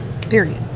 Period